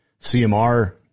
CMR